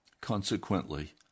Consequently